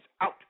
out